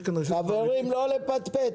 יש כאן --- חברים לא לפטפט.